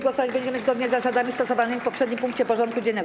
Głosować będziemy zgodnie z zasadami stosowanymi w poprzednim punkcie porządku dziennego.